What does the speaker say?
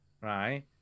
Right